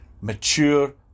mature